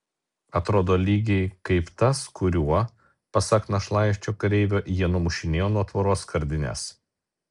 atrodo lygiai kaip tas kuriuo pasak našlaičio kareivio jie numušinėjo nuo tvoros skardines